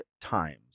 times